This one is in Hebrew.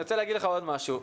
אני רוצה להגיד לך עוד משהו.